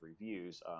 reviews